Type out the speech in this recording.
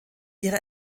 ihre